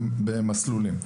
במסלולים.